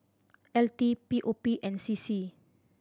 L T P O P and C C